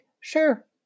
Sure